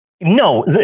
No